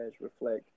reflect